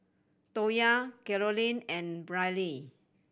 Tonya Carolyn and Brylee